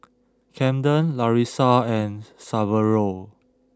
Camden Larissa and Saverio